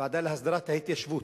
"ועדה להסדרת ההתיישבות",